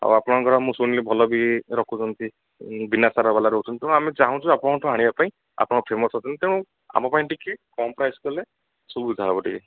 ଆଉ ଆପଣଙ୍କର ମୁଁ ଶୁଣିଲି ଭଲବି ରଖୁଛନ୍ତି ବିନା ସାର୍ ବାଲା ରଖୁଛନ୍ତି ତେଣୁ ଆମେ ଚାହୁଁଛୁ ଆପଣଙ୍କଠୁ ଆଣିବା ପାଇଁ ଆପଣ ଫେମସ ଅଛନ୍ତି ତେଣୁ ଆମ ପାଇଁ ଟିକେ କମ୍ ପ୍ରାଇସ୍ କଲେ ସୁବିଧା ହେବ ଟିକେ